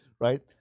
right